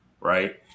right